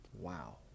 Wow